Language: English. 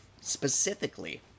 specifically